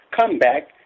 comeback